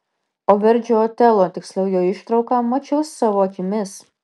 o verdžio otelo tiksliau jo ištrauką mačiau savo akimis